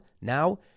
Now